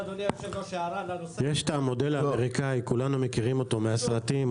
יש מודל אמריקני, שכולנו מכירים מהסרטים.